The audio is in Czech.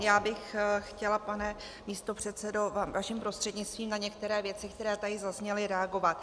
Já bych chtěla, pane místopředsedo vaším prostřednictvím, na některé věci, které tady zazněly, reagovat.